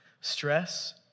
stress